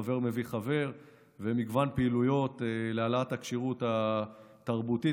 חבר מביא חבר ומגוון פעילויות להעלאת הכשירות התרבותית,